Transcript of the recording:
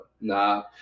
Nah